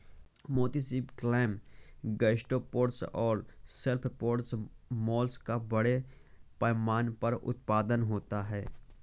मोती सीप, clam, gastropods और सेफलोपोड्स मोलस्क का बड़े पैमाने पर उत्पादन होता है